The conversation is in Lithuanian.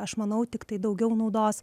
aš manau tiktai daugiau naudos